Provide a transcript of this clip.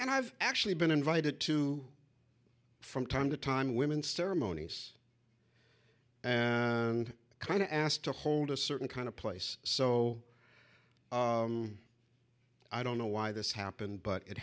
and i've actually been invited to from time to time women ceremonies and kind of asked to hold a certain kind of place so i don't know why this happened but it